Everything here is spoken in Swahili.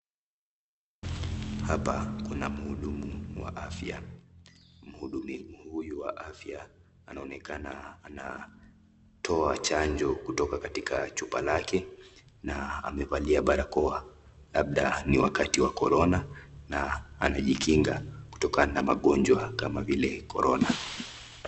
Hapa kuna mhudumu wa afya. Mhudumu huyu wa afya anaonekana anatoa chanjo kutoka katika chupa lake na amevalia barakoa. Labda ni wakati wa Corona na anajikinga kutokana na magonjwa kama vile Corona.